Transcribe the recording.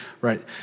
right